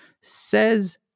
says